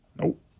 Nope